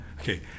Okay